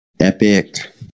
Epic